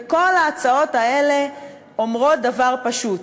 וכל ההצעות האלה אומרות דבר פשוט: